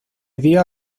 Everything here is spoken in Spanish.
día